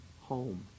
home